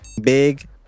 big